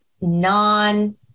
non